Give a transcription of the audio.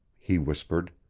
he whispered.